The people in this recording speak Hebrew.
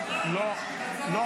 אתה צריך לכתוב בקשה בכתב, שטרן.